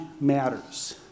matters